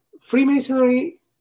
Freemasonry